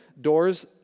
doors